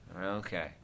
Okay